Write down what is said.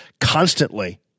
constantly